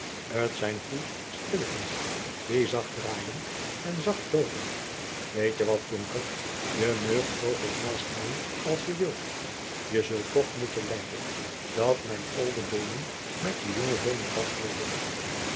t zijn goê spillekens die zacht draaien en lang loopen weet je wat jonker je meugt zoo veel haast hebben als je wilt je zult toch moeten lijden dat mijn olde beenen met je jonge beenen pas houden